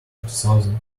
thousand